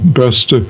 best